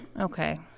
okay